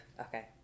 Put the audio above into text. Okay